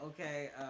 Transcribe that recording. Okay